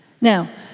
Now